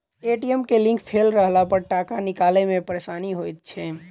ATM के link fail रहलापर टाका निकालै मे परेशानी होइत छै